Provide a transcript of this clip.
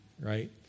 right